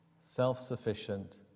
self-sufficient